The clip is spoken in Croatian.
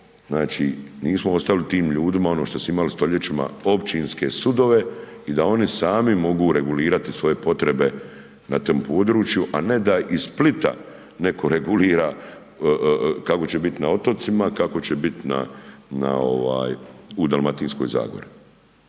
ono što smo ostavili tim ljudima ono što su imali stoljećima, općinske sudove i da oni sami mogu regulirati svoje potrebe na tom području a ne da iz Splita neko regulira kako će biti na otocima, kako će biti u Dalmatinskoj zagori